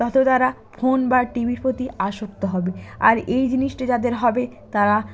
তত তারা ফোন বা টিভির প্রতি আসক্ত হবে আর এই জিনিসটি যাদের হবে তারা